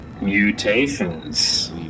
Mutations